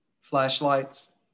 flashlights